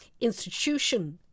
institution